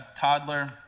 toddler